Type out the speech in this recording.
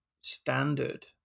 standard